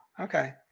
Okay